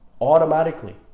automatically